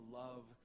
love